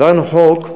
העברנו חוק,